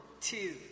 two